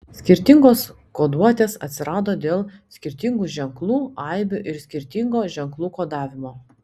skirtingos koduotės atsirado dėl skirtingų ženklų aibių ir skirtingo ženklų kodavimo